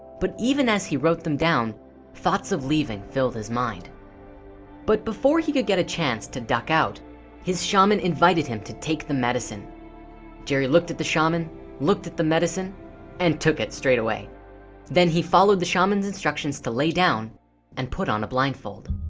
but even as he wrote them down thoughts of leaving filled his mind but before he could get a chance to duck out his shaman invited him to take the medicine jerry looked at the shaman looked at the medicine and took it straight away then he followed the shamans instructions to lay down and put on a blindfold